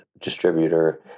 distributor